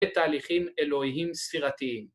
ותהליכים אלוהיים ספירתיים